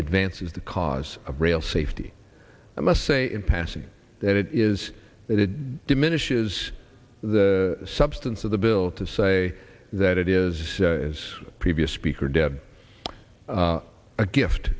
advances the cause of rail safety i must say in passing that it is that it diminishes the substance of the bill to say that it is as previous speaker dead a gift